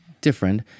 different